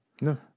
No